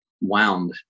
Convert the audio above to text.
wound